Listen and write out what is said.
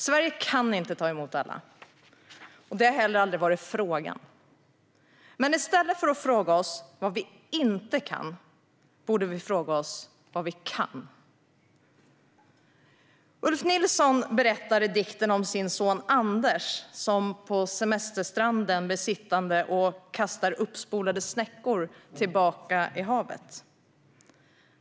Sverige kan inte ta emot alla. Det har heller aldrig varit fråga om det. Men i stället för att fråga oss vad vi inte kan borde vi fråga oss vad vi kan. Ulf Nilsson berättar i en bok om sin son Anders, som på semesterstranden blir sittande och kastar tillbaka uppspolade snäckor i havet.